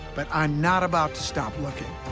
but i'm not about to stop looking.